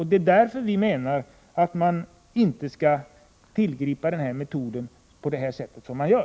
Därför anser vi att den metod inte skall tillgripas som regeringen nu har föreslagit.